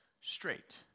straight